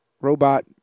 robot